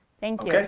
thank you.